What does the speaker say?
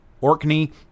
Orkney